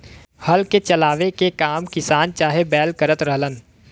हल के चलावे के काम किसान चाहे बैल करत रहलन